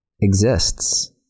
exists